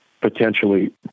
potentially